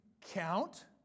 count